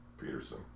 Peterson